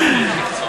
האתיקה.